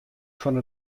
fan